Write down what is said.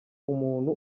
umuntu